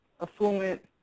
affluent